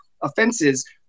offenses